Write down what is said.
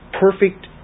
perfect